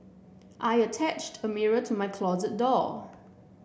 I attached a mirror to my closet door